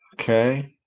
Okay